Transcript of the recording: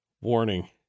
Warning